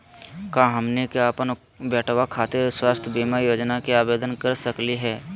का हमनी के अपन बेटवा खातिर स्वास्थ्य बीमा योजना के आवेदन करे सकली हे?